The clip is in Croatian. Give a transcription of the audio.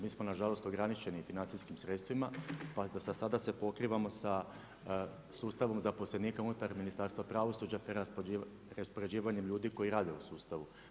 Mi smo nažalost ograničeni financijskim sredstvima pa za sada se pokrivamo sa sustavom zaposlenika unutar Ministarstva pravosuđa te raspoređivanjem ljudi koji rade u sustavu.